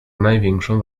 największą